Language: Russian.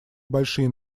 большие